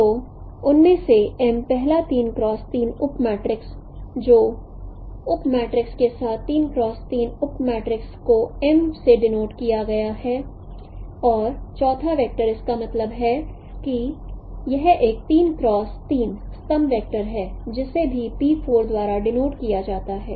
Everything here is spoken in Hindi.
तो उनमें से M पहला उप मैट्रिक्स जो उप मैट्रिक्स के साथ उप मैट्रिक्स को M से डिनोटे किया गया है और चौथा वेक्टर इसका मतलब है कि यह एक स्तंभ वेक्टर है जिसे भीद्वारा डिनोटेड किया जाता है